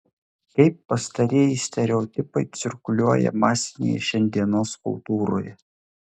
kaip pastarieji stereotipai cirkuliuoja masinėje šiandienos kultūroje